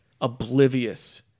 oblivious